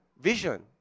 vision